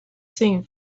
seen